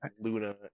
Luna